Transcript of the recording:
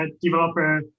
developer